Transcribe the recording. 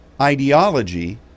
ideology